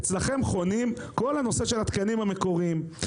אצלכם חונה כל הנושא של התקנים המקוריים.